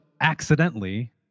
accidentally